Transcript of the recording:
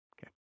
Okay